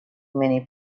many